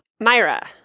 Myra